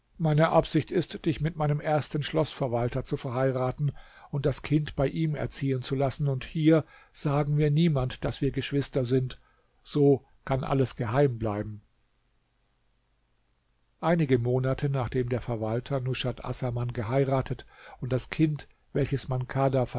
meine absicht ist dich mit meinem ersten schloßverwalter zu verheiraten und das kind bei ihm erziehen zu lassen und hier sagen wir niemand daß wir geschwister sind so kann alles geheim bleiben einige monate nachdem der verwalter nushat assaman geheiratet und das kind welches man kadha